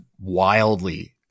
wildly